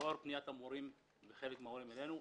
לאור פניית המורים וחלק מן ההורים אלינו,